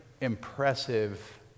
impressive